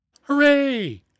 Hooray